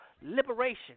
liberation